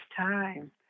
time